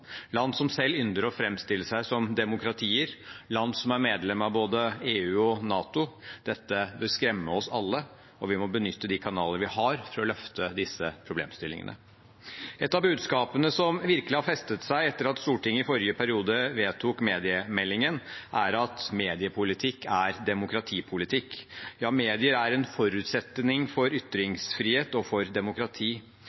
land som selv ynder å framstille seg som demokratier, land som er medlem av både EU og NATO. Dette bør skremme oss alle, og vi må benytte de kanaler vi har for å løfte disse problemstillingene. Et av budskapene som virkelig har festet seg etter at Stortinget i forrige periode vedtok mediemeldingen, er at mediepolitikk er demokratipolitikk. Medier er en forutsetning for